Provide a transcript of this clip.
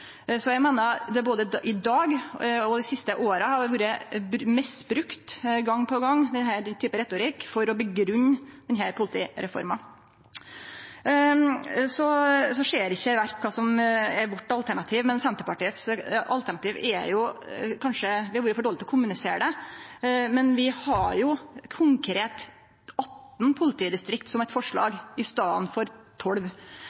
misbrukt – både i dag og i dei siste åra – for å grunngje denne politireforma. Så ser ikkje Werp kva som er alternativet vårt. Kanskje vi har vore for dårlege til å kommunisere det, men vi har konkret 18 politidistrikt – i staden for 12 – som eit forslag.